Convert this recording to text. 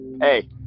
Hey